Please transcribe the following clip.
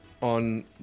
on